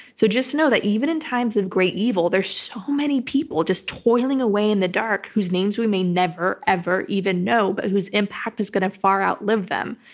so just know that even in times of great evil, there are so many people just toiling away in the dark, whose names we may never ever even know but whose impact is going to far out live them.